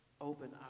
Open